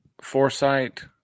Foresight